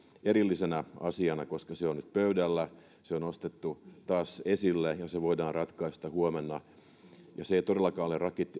erillisenä asiana koska se on on nyt pöydällä se on nostettu taas esille ja se voidaan ratkaista huomenna se ei todellakaan ole